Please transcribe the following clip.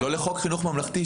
לא לחוק חינוך ממלכתי.